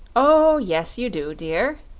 oh yes, you do, dear,